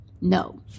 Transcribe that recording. No